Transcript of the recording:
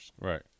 right